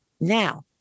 Now